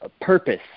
purpose